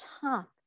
top